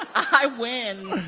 i win